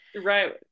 Right